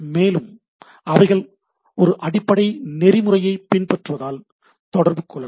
மேலும் அவைகள் ஒரு அடிப்படை நெறிமுறையைப் பின்பற்றுவதால் தொடர்பு கொள்ளலாம்